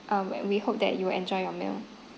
um and we hope that you will enjoy your meal